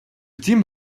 тім